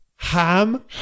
Ham